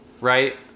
right